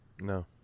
No